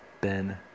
Ben